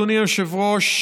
אדוני היושב-ראש,